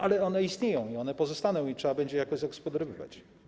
Ale one istnieją, one pozostaną i trzeba będzie je jakoś zagospodarowywać.